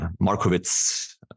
Markowitz